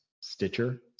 Stitcher